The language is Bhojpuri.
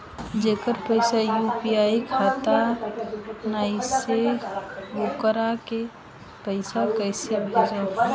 जेकरा पास यू.पी.आई खाता नाईखे वोकरा के पईसा कईसे भेजब?